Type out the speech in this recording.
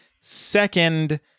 second